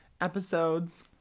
episodes